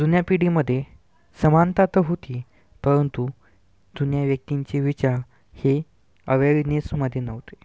जुन्या पिढीमध्ये समानता तर होती परंतु जुन्या व्यक्तींचे विचार हे अवेअरनेसमध्ये नव्हते